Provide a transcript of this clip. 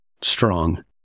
strong